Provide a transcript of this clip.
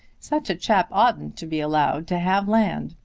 such a chap oughtn't to be allowed to have land.